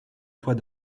toit